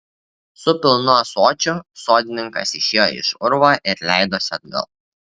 su pilnu ąsočiu sodininkas išėjo iš urvo ir leidosi atgal